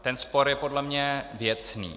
Ten spor je podle mě věcný.